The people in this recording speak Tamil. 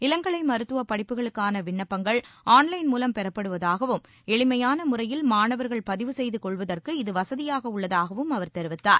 இளங்கலை மருத்துவக் படிப்புக்களுக்கான விண்ணப்பங்கள் ஆன்லைன் மூலம் பெறப்படுவதாகவும் எளிமையான முறையில் மாணவர்கள் பதிவு செய்து கொள்வதற்கு இது வசதியாக உள்ளதாகவும் அவர் தெரிவித்தார்